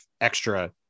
extra